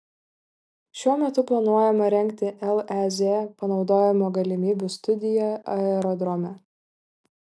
šiuo metu planuojama rengti lez panaudojimo galimybių studija aerodrome